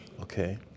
okay